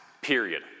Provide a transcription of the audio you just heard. period